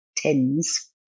tins